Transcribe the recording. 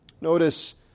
Notice